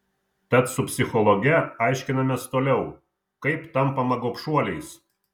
tad su psichologe aiškinamės toliau kaip tampama gobšuoliais